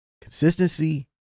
Consistency